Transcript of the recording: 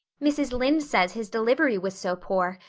mrs. lynde says his delivery was so poor,